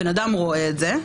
בן אדם רואה את זה,